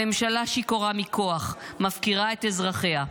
הממשלה שיכורה מכוח, מפקירה את אזרחיה,